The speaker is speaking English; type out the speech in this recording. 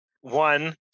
One